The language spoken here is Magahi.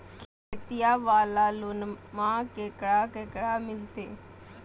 खेतिया वाला लोनमा केकरा केकरा मिलते?